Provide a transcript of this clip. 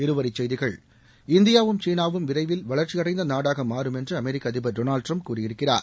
இருவரி செய்திகள் இந்தியாவும் சீனாவும் விரைவில் வளர்ச்சியடைந்த நாடாக மாறும் என்று அமெரிக்க அதிபர் டொனால்ட் ட்ரம்ப் கூறியிருக்கிறார்